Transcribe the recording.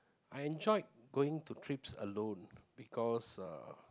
I enjoyed going to trips alone because uh